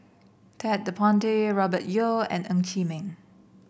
Ted De Ponti Robert Yeo and Ng Chee Meng